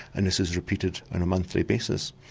and this is repeated on a monthly basis.